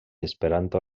esperanto